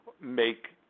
make